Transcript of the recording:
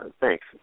thanks